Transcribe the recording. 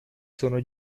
sono